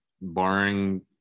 barring